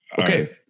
Okay